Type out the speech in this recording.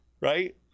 Right